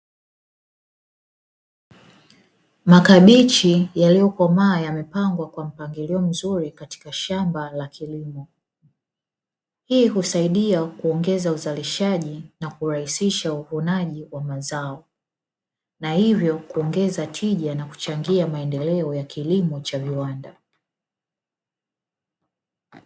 Makabichi yaliyokomaa yamepangwa kwa mpngilio mzuri katika shamba la kilimo, hii husaidia kuongeza uzalishaji na kurahisisha uvunaji wa mazao, na hivyo kuongeza tija na kuchangia maendeleo ya kilimo cha viwanda.